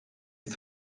les